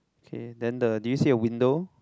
okay then the do you see a window